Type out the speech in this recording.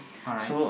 alright